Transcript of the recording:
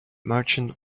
merchant